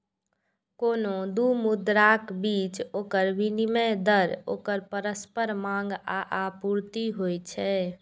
कोनो दू मुद्राक बीच ओकर विनिमय दर ओकर परस्पर मांग आ आपूर्ति होइ छै